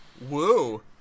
woo